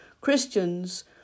Christians